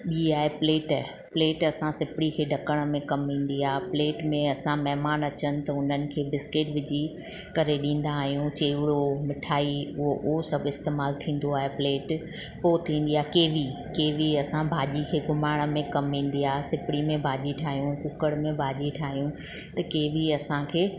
ॿी आहे plate plate सां सिपड़ीअ खे ढकण में कमु ईंदी आहे प्लेट में असां महिमानु अचनि त उन्हनि खे बिस्किट विझी करे ॾींदा आहियूं चिवड़ो मिठाई उहो उहो सभु इस्तेमालु थींदो आहे प्लेट पोइ थींदी आहे केवी केवीअ सां भाॼी खे घुमाणइ में कमु ईंदी आहे सिपड़ीअ में भाॼी ठाहियूं कूकर में भाॼी ठाहियूं त केवी असांखे